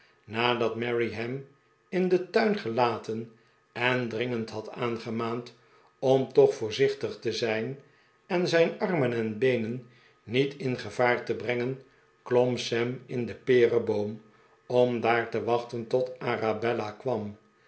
nadat mary hem in den tuin gelaten en dringend had aangemaand om toch voorzichtig te zijn en zijn armen en beenen niet in gevaar te brengen klom sam in den pereboom om daar te wachten tot arabella kwam